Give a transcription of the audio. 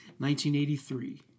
1983